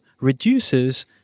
reduces